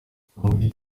twamubajije